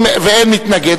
ואין מתנגד,